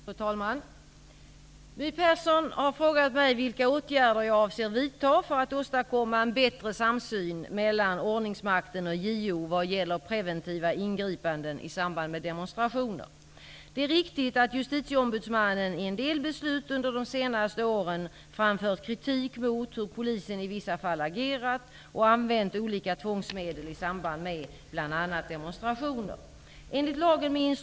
Fru talman! My Persson har frågat mig vilka åtgärder jag avser vidta för att åstadkomma en bättre samsyn mellan ordningsmakten och JO vad gäller preventiva ingripanden i samband med demonstrationer. Det är riktigt att Justitieombudsmannen i en del beslut under de senaste åren framfört kritik mot hur polisen i vissa fall agerat och använt olika tvångsmedel i samband med bl.a. demonstrationer.